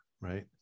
right